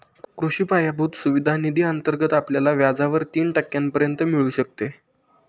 कृषी पायाभूत सुविधा निधी अंतर्गत आपल्याला व्याजावर तीन टक्क्यांपर्यंत मिळू शकते